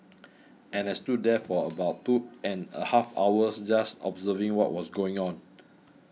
and I stood there for about two and a half hours just observing what was going on